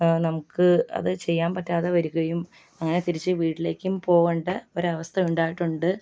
നമുക്ക് അത് ചെയ്യാൻ പറ്റാതെ വരുകയും അങ്ങനെ തിരിച്ചു വീട്ടിലേക്ക് പോകേണ്ട ഒരു അവസ്ഥ ഉണ്ടായിട്ടുണ്ട്